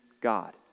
God